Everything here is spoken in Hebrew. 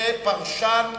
כהן,